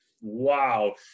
Wow